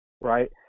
right